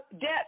death